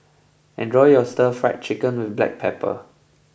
enjoy your Stir Fried Chicken with Black Pepper